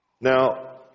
Now